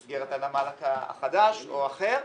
במסגרת הנמל החדש או אחר,